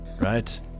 right